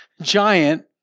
giant